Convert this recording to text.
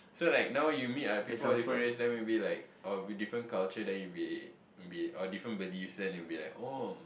so like now you meet like people of different race then maybe like I will be different culture then you will be will be our different beliefs then you will be like oh